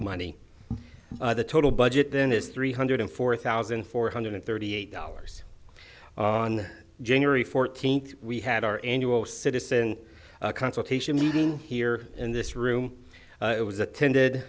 money the total budget then is three hundred four thousand four hundred thirty eight dollars on january fourteenth we had our annual citizen consultation meeting here in this room it was attended